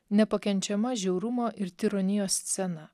nepakenčiama žiaurumo ir tironijos scena